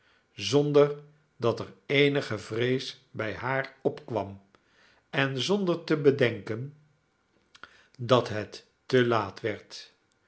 zonder dat er eenige vrees bij haar opkwam en zonder te bedenken dat het te laat werd